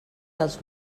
els